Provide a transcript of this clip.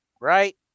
right